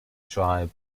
tribe